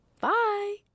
Bye